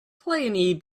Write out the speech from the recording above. play